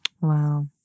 Wow